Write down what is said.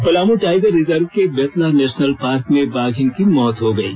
Palamu tiger reserve के Betla national park में बाघिन की मौत हो गयी